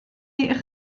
eich